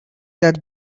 that